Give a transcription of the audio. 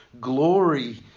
glory